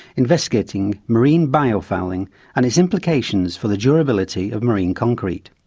investigating marine biofouling and its implications for the durability of marine concrete.